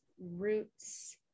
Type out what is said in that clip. roots